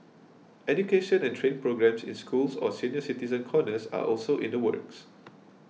education and training programmes in schools or senior citizen corners are also in the works